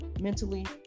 mentally